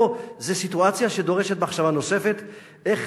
פה זו סיטואציה שדורשת מחשבה נוספת איך